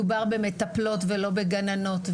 מדובר במטפלות ולא בגננות.